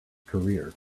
career